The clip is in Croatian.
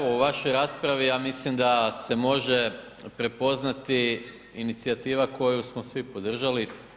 Pa evo, u vašoj raspravi ja mislim da se može prepoznati inicijativa koju smo svi podržali.